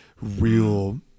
real